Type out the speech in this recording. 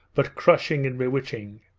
but crushing and bewitching.